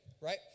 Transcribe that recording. right